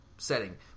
Setting